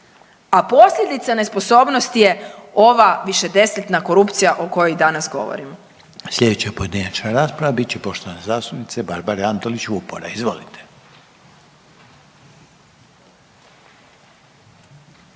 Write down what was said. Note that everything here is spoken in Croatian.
A posljedica nesposobnosti je ova višedesetljetna korupcija o kojoj i danas govorimo. **Reiner, Željko (HDZ)** Sljedeća pojedinačna rasprava bit će poštovane zastupnice Barbare Antolić Vupora, izvolite.